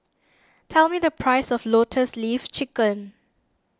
tell me the price of Lotus Leaf Chicken